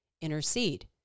intercede